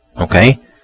okay